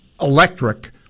electric